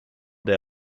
der